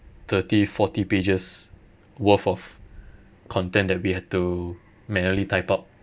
thirty forty pages worth of content that we had to manually type out